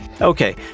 Okay